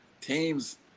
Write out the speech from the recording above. teams